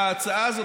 ההצעה הזאת,